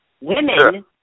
Women